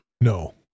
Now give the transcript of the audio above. No